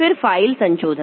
फिर फ़ाइल संशोधन